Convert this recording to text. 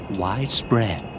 widespread